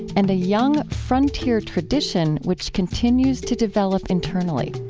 and a young frontier tradition which continues to develop internally